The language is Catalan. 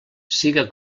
siga